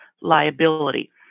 liability